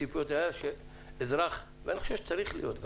הציפייה הייתה שאזרח ואני חושב שזה גם צריך להיות כך.